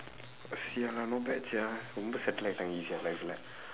!wah! !siala! not bad sia ரொம்ப:rompa settle ஆயிட்டான்:aayitdaan lifulae easyaa